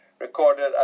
recorded